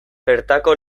bertako